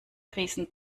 riesen